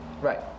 Right